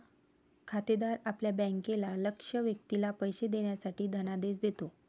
खातेदार आपल्या बँकेला लक्ष्य व्यक्तीला पैसे देण्यासाठी धनादेश देतो